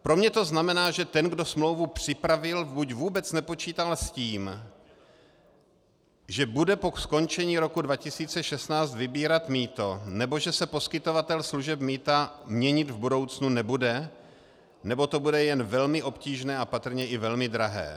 Pro mě to znamená, že ten, kdo smlouvu připravil, buď vůbec nepočítal s tím, že bude po skončení roku 2016 vybírat mýto, nebo že se poskytovatel služeb mýta měnit v budoucnu nebude, nebo to bude jen velmi obtížné a patrně i velmi drahé.